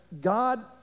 God